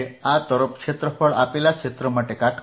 આ તરફ ક્ષેત્રફળ આપેલા ક્ષેત્ર માટે કાટખૂણે છે